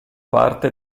parte